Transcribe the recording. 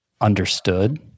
understood